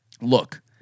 Look